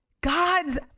God's